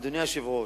אדוני היושב-ראש,